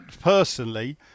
personally